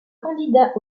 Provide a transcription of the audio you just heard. candidat